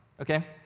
okay